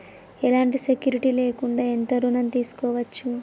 ఎలాంటి సెక్యూరిటీ లేకుండా ఎంత ఋణం తీసుకోవచ్చు?